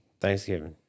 Thanksgiving